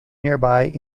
nearby